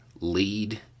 lead